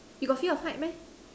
you got fear of height meh